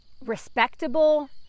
respectable